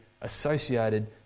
associated